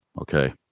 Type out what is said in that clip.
okay